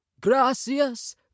gracias